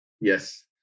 Yes